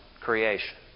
creation